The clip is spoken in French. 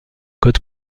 code